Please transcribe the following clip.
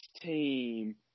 team